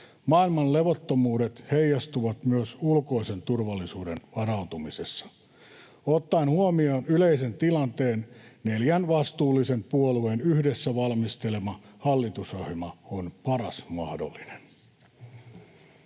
Maailman levottomuudet heijastuvat myös ulkoisen turvallisuuden varautumisessa. Ottaen huomioon yleisen tilanteen neljän vastuullisen puolueen yhdessä valmistelema hallitusohjelma on paras mahdollinen.